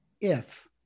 if-